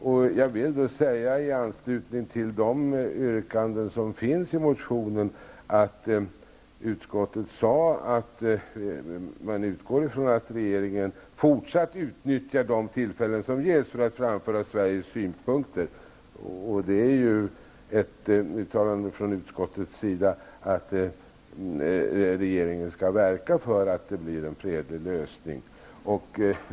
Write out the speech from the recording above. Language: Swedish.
Om det första yrkandet i motionen sade utskottet att man utgår ifrån att regeringen fortsätter att utnyttja de tillfällen som ges för att framföra Sveriges synpunkter. Det innebär att utskottet har uttalat att regeringen skall verka för en fredlig lösning.